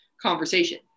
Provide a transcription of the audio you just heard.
conversation